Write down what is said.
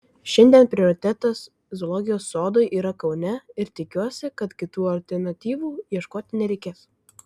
šiandien prioritetas zoologijos sodui yra kaune ir tikiuosi kad kitų alternatyvų ieškoti nereikės